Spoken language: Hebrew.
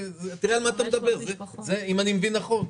תראה על מה אתה מדבר, אם אני מבין נכון.